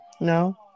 No